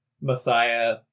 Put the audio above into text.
messiah